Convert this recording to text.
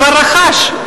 כבר רכש,